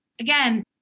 again